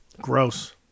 Gross